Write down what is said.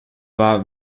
war